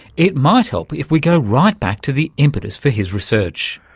it might help if we go right back to the impetus for his research.